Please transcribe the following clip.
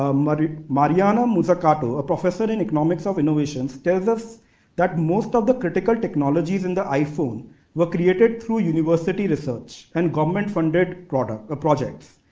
um but mariana mazzucato, a professor in economics of innovations tells us that most of the critical technologies in the iphone were created through university research and government-funded ah ah projects.